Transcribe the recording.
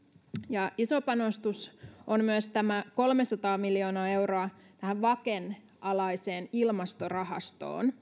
ja iso panostus on myös kolmesataa miljoonaa euroa tähän vaken alaiseen ilmastorahastoon